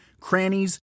crannies